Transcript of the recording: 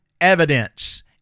evidence